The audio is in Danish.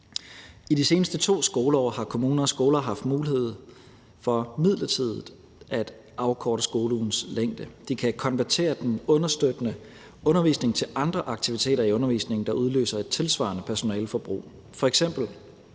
I de seneste 2 skoleår har kommuner og skoler haft mulighed for midlertidigt at afkorte skoleugens længde. De kan konvertere den understøttende undervisning til andre aktiviteter i undervisningen, der udløser et tilsvarende personaleforbrug.